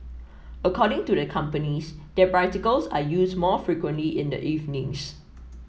according to the companies their bicycles are used more frequently in the evenings